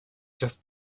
just